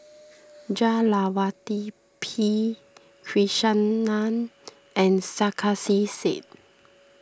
Jah Lelawati P Krishnan and Sarkasi Said